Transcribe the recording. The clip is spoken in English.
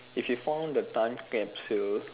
if you found the time capsule